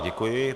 Děkuji.